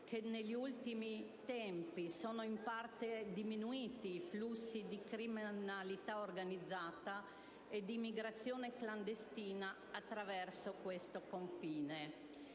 che negli ultimi tempi sono in parte diminuiti i flussi di criminalità organizzata e di immigrazione clandestina attraverso il confine